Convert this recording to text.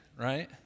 right